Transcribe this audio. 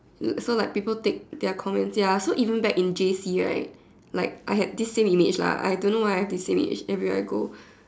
so like people take their comments ya so even back in J_C right like I had this same image lah I don't know why I have this image everywhere I go